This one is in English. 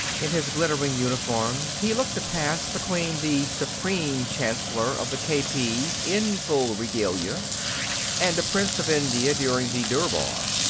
in his glittering uniform, he looked a pass between the supreme chancellor of the k p s in full regalia and a prince of india during the durbar.